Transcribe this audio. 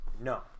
No